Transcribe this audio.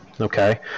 Okay